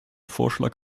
vorschlag